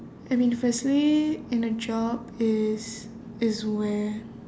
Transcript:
I mean firstly in a job is is where